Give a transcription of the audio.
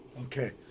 Okay